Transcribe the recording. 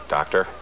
Doctor